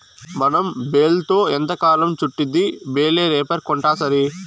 మనం బేల్తో ఎంతకాలం చుట్టిద్ది బేలే రేపర్ కొంటాసరి